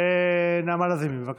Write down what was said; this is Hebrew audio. נעמה לזימי, בבקשה.